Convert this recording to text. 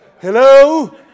hello